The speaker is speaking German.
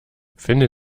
finde